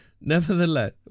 Nevertheless